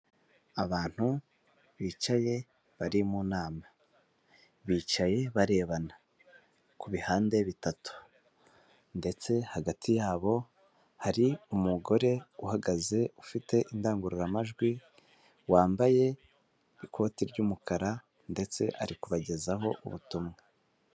Abantu bicaye bari mu nama, bicaye barebana ku bihande bitatu ndetse hagati yabo hari umugore uhagaze ufite indangururamajwi wambaye ikoti ry'umukara ndetse ari kubagezaho ubutumwa.